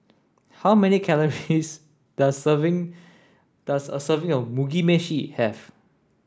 how many calories does serving does a serving of Mugi Meshi have